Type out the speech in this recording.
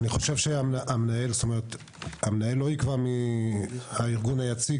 אני חושב שהמנהל לא יקבע מי הארגון היציג,